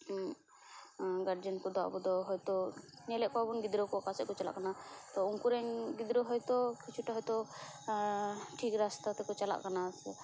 guardian ᱠᱚᱫᱚ ᱟᱵᱚ ᱫᱚ ᱦᱳᱭᱛᱳ ᱧᱮᱞᱮᱫ ᱠᱚᱣᱟ ᱵᱚᱱ ᱜᱤᱫᱽᱨᱟᱹ ᱠᱚ ᱚᱠᱟᱥᱮᱫ ᱠᱚ ᱪᱟᱞᱟᱜ ᱠᱟᱱᱟ ᱛᱚ ᱩᱱᱠᱩ ᱨᱮᱱ ᱜᱤᱫᱽᱨᱟᱹ ᱦᱳᱭᱛᱳ ᱠᱤᱪᱷᱩᱴᱟ ᱦᱳᱭᱛᱳ ᱴᱷᱤᱠ ᱨᱟᱥᱛᱟ ᱛᱮᱠᱚ ᱪᱟᱞᱟᱜ ᱠᱟᱱᱟ